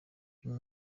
you